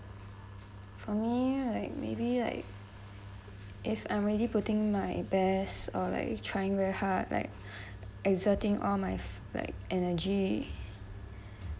for me like maybe like if I'm really putting my best or like trying very hard like exerting all my like energy